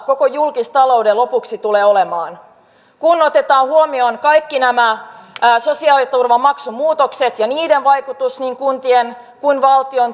koko julkistaloudelle lopuksi tulee olemaan kun otetaan huomioon kaikki nämä sosiaaliturvamaksumuutokset ja niiden vaikutukset niin kuntien kuin valtionkin